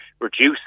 reduce